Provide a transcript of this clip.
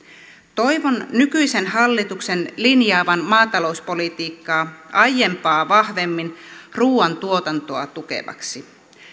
toivon nykyisen hallituksen linjaavan maatalouspolitiikkaa aiempaa vahvemmin ruuantuotantoa tukevaksi